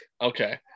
Okay